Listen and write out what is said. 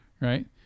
Right